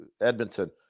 Edmonton